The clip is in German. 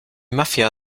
mafia